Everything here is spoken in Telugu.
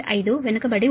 5 వెనుకబడి ఉంటుంది